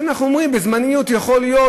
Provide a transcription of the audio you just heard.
אז אנחנו אומרים בזמניות יכול להיות,